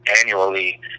annually